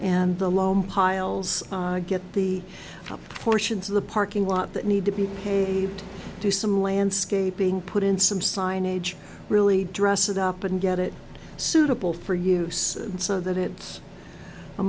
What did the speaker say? and the lawn piles get the portions of the parking lot that need to be paved to some landscaping put in some signage really dress it up and get it suitable for use so that it's a